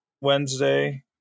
Wednesday